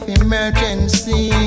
emergency